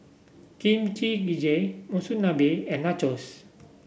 Kimchi Jjigae Monsunabe and Nachos